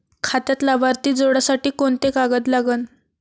खात्यात लाभार्थी जोडासाठी कोंते कागद लागन?